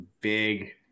big